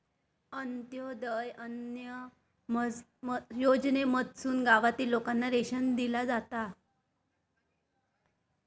अंत्योदय अन्न योजनेमधसून गावातील लोकांना रेशन दिला जाता